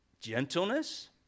gentleness